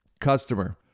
Customer